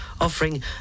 offering